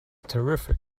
terrific